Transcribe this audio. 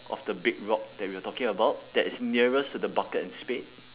of the big rock that we are talking about that is nearest to the bucket and spade